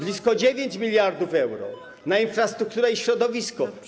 blisko 9 mld euro na infrastrukturę i środowisko.